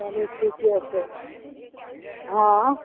चलू ठीके छै हँ